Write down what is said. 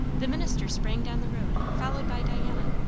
the minister sprang down the road, followed by diana.